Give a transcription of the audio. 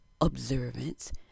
observance